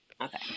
Okay